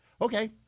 okay